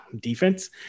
defense